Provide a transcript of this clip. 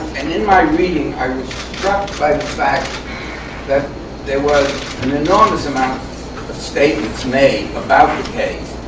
in my reading, i was struck by the fact that there was an enormous amount of statements made about the case,